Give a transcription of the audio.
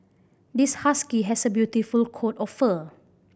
this husky has a beautiful coat of fur